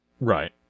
right